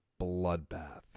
bloodbath